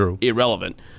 irrelevant